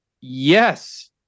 yes